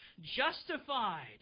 justified